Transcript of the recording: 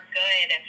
good